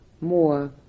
more